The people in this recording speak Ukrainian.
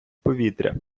повітря